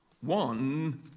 one